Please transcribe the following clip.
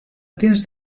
dins